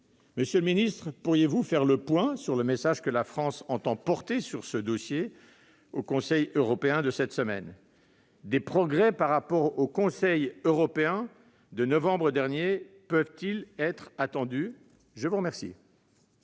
Monsieur le secrétaire d'État, pourriez-vous faire le point sur le message que la France entend porter sur ce dossier au Conseil européen de cette semaine ? Des progrès par rapport au Conseil européen de novembre dernier peuvent-ils être attendus ? La parole